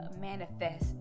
manifest